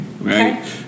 right